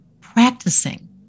practicing